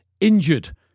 injured